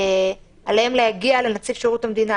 עליהן להגיע לנציב שירות המדינה,